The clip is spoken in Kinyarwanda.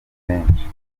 menshi